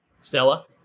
Stella